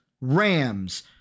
Rams